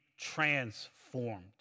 transformed